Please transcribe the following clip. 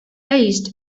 based